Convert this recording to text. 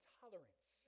tolerance